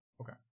Okay